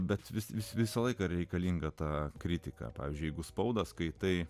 bet vis visą laiką reikalinga ta kritika pavyzdžiui jeigu spaudą skaitai